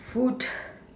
food